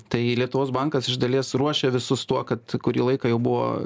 tai lietuvos bankas iš dalies ruošia visus tuo kad kurį laiką jau buvo